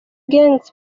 gangz